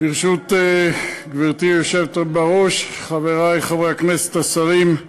ברשות גברתי היושבת בראש, חברי חברי הכנסת, השרים,